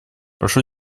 прошу